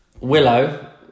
Willow